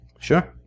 Sure